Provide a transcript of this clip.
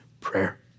prayer